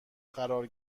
قرار